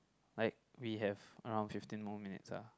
like we have around fifteen more minutes ah